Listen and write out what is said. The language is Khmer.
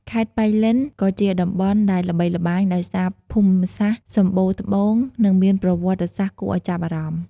ខេត្តប៉ៃលិនក៍ជាតំបន់ដែលល្បីល្បាញដោយសារភូមិសាស្ត្រសម្បូរត្បូង និងមានប្រវត្តិសាស្រ្តគួរឲ្យចាប់អារម្មណ៍។